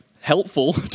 helpful